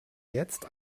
jetzt